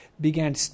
began